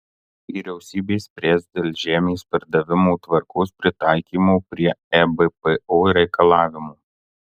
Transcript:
vyriausybė spręs dėl žemės pardavimo tvarkos pritaikymo prie ebpo reikalavimų